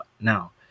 now